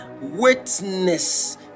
witness